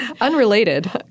Unrelated